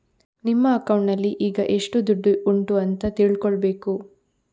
ನಿಮ್ಮ ಅಕೌಂಟಿನಲ್ಲಿ ಈಗ ಎಷ್ಟು ದುಡ್ಡು ಉಂಟು ಅಂತ ತಿಳ್ಕೊಳ್ಬೇಕು